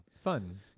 Fun